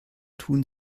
tun